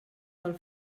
del